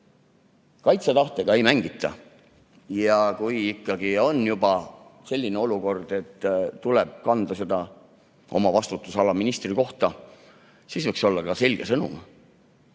kaitsetahtega ei mängita! Ja kui ikkagi on selline olukord, et tuleb kanda oma vastutusala ministri vastutust, siis võiks olla ka selge sõnum.